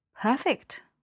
Perfect